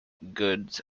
goods